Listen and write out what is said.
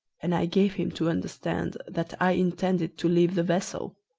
and i gave him to understand, that i intended to leave the vessel.